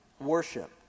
worship